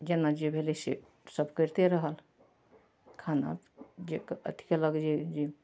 जेना जे भेलै से सब करिते रहल खाना देखिके अथी कएलक जे जे